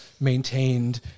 maintained